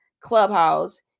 Clubhouse